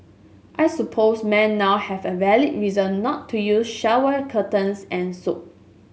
I suppose men now have a valid reason not to use shower curtains and soap